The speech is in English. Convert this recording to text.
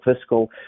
fiscal